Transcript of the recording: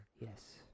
Yes